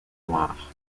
noires